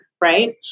right